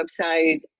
website